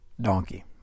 donkey